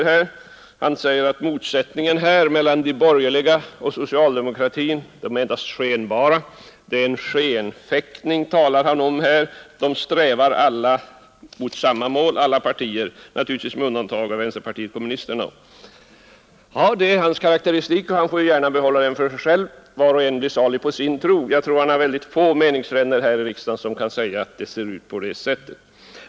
Han sade att motsättningen mellan de borgerliga och socialdemokratin när det gäller näringspolitiken endast är skenbar — han talade om en skenfäktning; alla partier, naturligtvis med undantag av vänsterpartiet kommunisterna, strävar mot samma mål. Det är hans karakteristik, och den får han gärna behålla för sig själv — var och en blir salig på sin tro. Jag tror att han har väldigt få meningsfränder här i kammaren på den punkten.